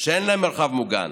שאין להם מרחב מוגן.